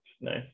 nice